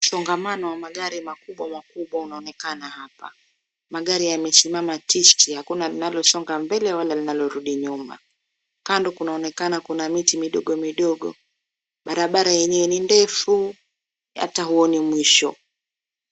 Msongamano wa magari makubwa makubwa unaonekana hapa. Magari yamesimama tisti hakuna linalo songa mbele wala linalorudi nyuma. Kando kunaonekana kuna miti midogo midogo. Barabara yenyewe ni ndefu hata huoni mwisho.